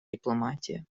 дипломатия